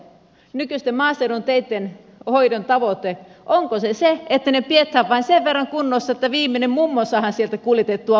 miesten maaseudun teitten hoidon tavoite se että ne pidetään vain sen verran kunnossa että viimeinen mummo saadaan sieltä kuljetettua pois sitten